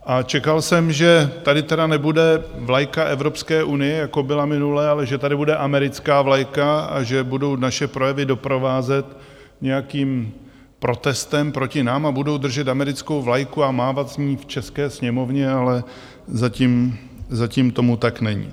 A čekal jsem že tady tedy nebude vlajka Evropské unie, jako byla minule, ale že tady bude americká vlajka a že budou naše projevy doprovázet nějakým protestem proti nám a budou držet americkou vlajku a mávat s ní v české sněmovně, ale zatím tomu tak není.